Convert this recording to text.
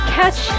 catch